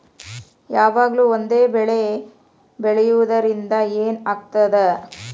ಯಾವಾಗ್ಲೂ ಒಂದೇ ಬೆಳಿ ಬೆಳೆಯುವುದರಿಂದ ಏನ್ ಆಗ್ತದ?